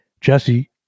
Jesse